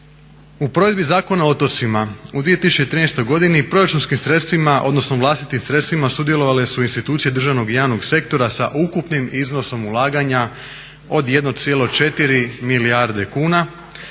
U provedbi Zakona o otocima u 2013. godini proračunskim sredstvima odnosno vlastitim sredstvima sudjelovale su institucije državnog i javnog sektora sa ukupnim iznosom ulaganja od 1,4 milijarde kuna